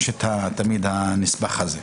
תמיד קיים הנספח הזה.